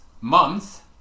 month